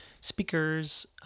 speakers